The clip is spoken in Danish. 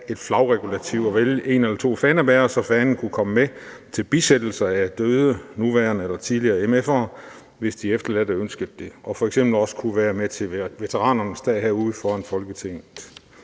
et flagregulativ og vælge en eller to fanebærere, så fanen kunne komme med til bisættelse af MF'er, både nuværende og tidligere, hvis de efterladte ønskede det, og at fanen f.eks. også kunne være med til veteranernes dag ude foran Folketinget.